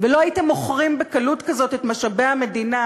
ולא הייתם מוכרים בקלות כזאת את משאבי המדינה,